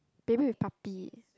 baby with puppy